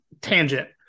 tangent